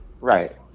Right